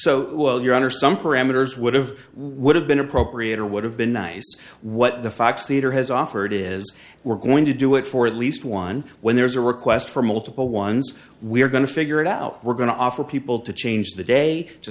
so you're under some parameters would have would have been appropriate or would have been nice what the fox theater has offered is we're going to do it for at least one when there's a request for multiple ones we're going to figure it out we're going to offer people to change the day to